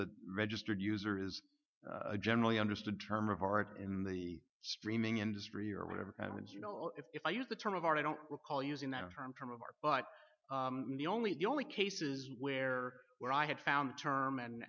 that registered user is a generally understood term of art in the streaming industry or whatever that was you know if i use the term of art i don't recall using that term term of art but the only the only cases where where i had found the term and